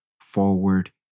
forward